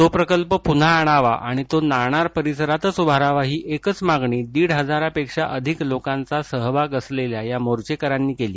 तो प्रकल्प पुन्हा आणावा आणि तो त्याच ठिकाणी उभारावा ही एकच मागणी दीड हजारापेक्षा अधिक लोकांचा सहभाग असलेल्या या मोर्वेकऱ्यांनी केली